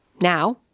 Now